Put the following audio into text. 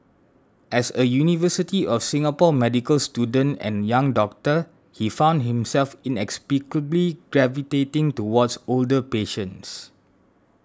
as a University of Singapore medical student and young doctor he found himself gravitating towards older patients